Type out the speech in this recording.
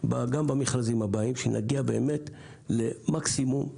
במכרזים הבאים נגיע למקסימום אפשרות.